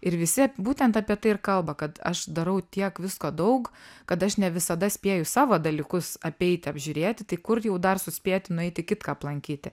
ir visi būtent apie tai ir kalba kad aš darau tiek visko daug kad aš ne visada spėju savo dalykus apeiti apžiūrėti tai kur jau dar suspėti nueiti kitką aplankyti